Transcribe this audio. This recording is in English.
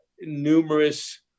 numerous